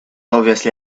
obviously